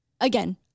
again